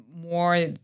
more